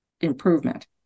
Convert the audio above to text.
improvement